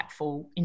impactful